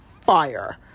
fire